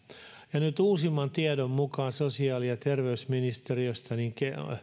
nyt uusimman tiedon mukaan sosiaali ja terveysministeriöstä